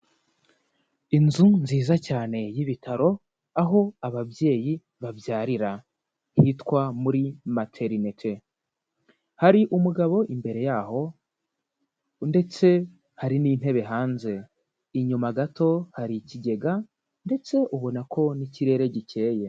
Inzu nziza cyane y'ibitaro aho ababyeyi babyarira hitwa muri materinete, hari umugabo imbere y'aho ndetse hari n'intebe hanze, inyuma gato hari ikigega ndetse ubona ko n'ikirere gikeye.